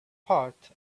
part